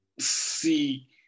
see